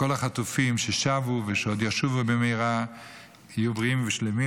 שכל החטופים ששבו ושעוד ישובו במהרה יהיו בריאים ושלמים,